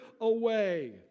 away